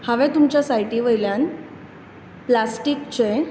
हांवें तुमच्या सायटी वयल्यान प्लास्टीकचें